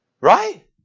Right